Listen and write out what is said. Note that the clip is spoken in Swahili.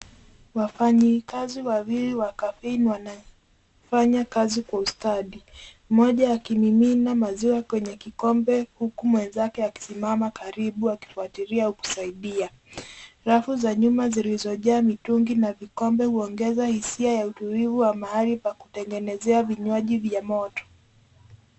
Wafanyikazi wawili wa caffeine wanafanya kazi kwa ustadi. Mmoja akimimina maziwa kwenye kikombe huku mwenzake akisimama karibu akifuatilia au kusaidia. Rafu za nyuma zilizojaa mitungi na vikombe huongeza hisia ya utulivu wa mahali kwa kutengenezea vinywaji vya moto.